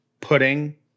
pudding